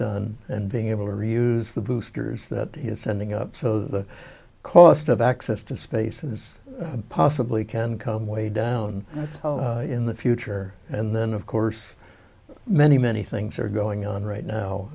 done and being able to reuse the boosters that he is sending up so the cost of access to space as possibly can come way down in the future and then of course many many things are going on right now